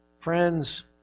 friends